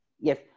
Yes